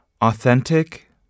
authentic